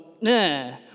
nah